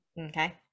Okay